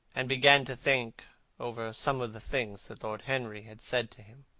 and began to think over some of the things that lord henry had said to him.